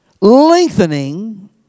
Lengthening